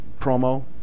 promo